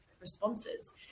responses